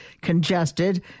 congested